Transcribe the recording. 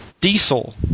Diesel